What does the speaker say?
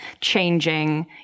changing